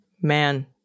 Man